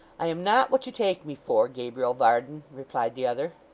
i am not what you take me for, gabriel varden replied the other.